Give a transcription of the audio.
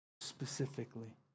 Specifically